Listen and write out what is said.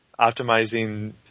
optimizing